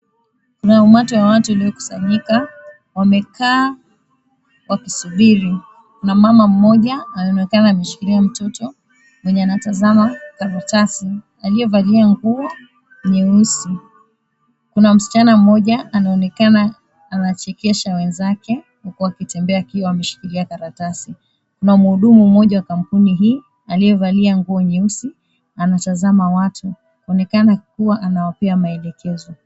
Kuna umati wa watu uliokusanyika. Wamekaa wakisubiri. Kuna mama mmoja anaonekana ameshikilia mtoto mwenye anatazama karatasi, aliyevalia nguo nyeusi. Kuna msichana mmoja anaonekana anachekesha wenzake huku akitembea akiwa ameshikilia karatasi. Kuna mhudumu mmoja wa kampuni hii aliyevalia nguo nyeusi anatazama watu. Inaonekana kuwa anawapea maelekezo.